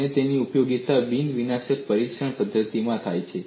અને તેનો ઉપયોગ બિન વિનાશક પરીક્ષણ પદ્ધતિમાં પણ થાય છે